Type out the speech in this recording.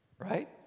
Right